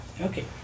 Okay